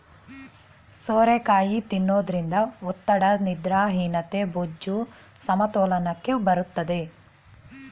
ಸೋರೆಕಾಯಿ ತಿನ್ನೋದ್ರಿಂದ ಒತ್ತಡ, ನಿದ್ರಾಹೀನತೆ, ಬೊಜ್ಜು, ಸಮತೋಲನಕ್ಕೆ ಬರುತ್ತದೆ